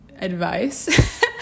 advice